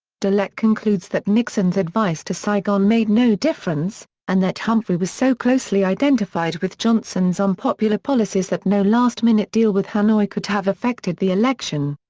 dallek concludes that nixon's advice to saigon made no difference, and that humphrey was so closely identified with johnson's unpopular policies that no last-minute deal with hanoi could have affected the election.